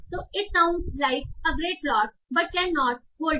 तो it sounds like a great plot but can not hold up